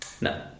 No